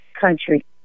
country